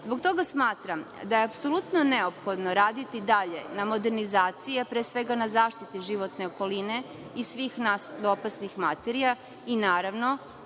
toga smatram da je apsolutno neophodno raditi dalje na modernizaciji, a pre svega na zaštiti životne okoline i svih nas od opasnih materija. U